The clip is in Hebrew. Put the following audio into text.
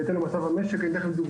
זה נשמע הזוי אבל אני מבטיח לכם שזה יכול